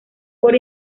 por